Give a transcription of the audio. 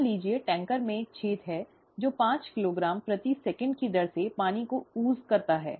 मान लीजिए टैंकर में एक छेद है जो पांच किलोग्राम प्रति सेकंड की दर से पानी को ऊज़ करता है